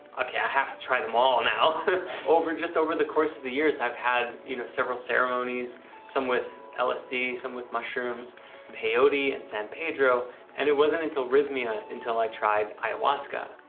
okay i have to try them all now over just over the course of the years. i've had, you know several ceremonies some with lsd some with mushrooms peyote and san pedro and it wasn't until rythme yeah ah until i tried ayahuasca.